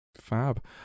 Fab